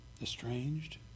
estranged